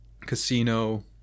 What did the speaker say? casino